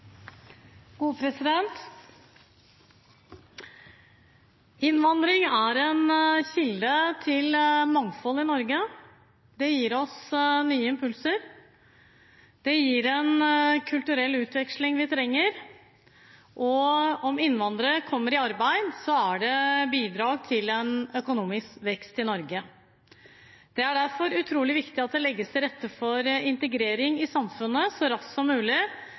en kilde til mangfold i Norge. Det gir oss nye impulser, det gir en kulturell utveksling vi trenger, og om innvandrere kommer i arbeid, er det bidrag til økonomisk vekst i Norge. Det er derfor utrolig viktig at det legges til rette for integrering i samfunnet så raskt som mulig